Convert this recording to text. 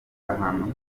ahantu